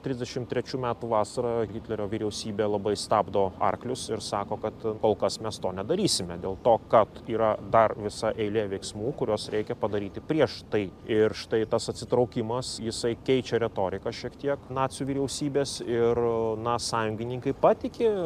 trisdešimt trečių metų vasarą hitlerio vyriausybė labai stabdo arklius ir sako kad kol kas mes to nedarysime dėl to kad yra dar visa eilė veiksmų kuriuos reikia padaryti prieš tai ir štai tas atsitraukimas jisai keičia retoriką šiek tiek nacių vyriausybės ir na sąjungininkai patiki